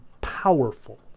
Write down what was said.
powerful